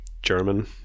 German